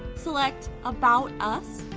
select about us,